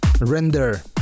Render